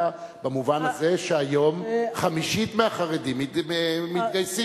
במובן הזה שהיום חמישית מהחרדים מתגייסים.